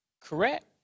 correct